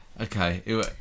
Okay